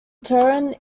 turin